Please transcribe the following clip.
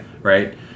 right